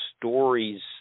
stories